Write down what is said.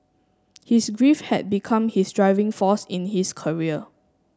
his grief had become his driving force in his career